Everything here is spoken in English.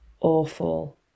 awful